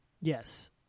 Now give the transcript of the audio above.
Yes